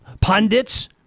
pundits